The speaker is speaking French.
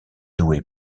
douée